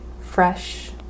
fresh